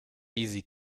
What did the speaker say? easy